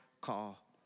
call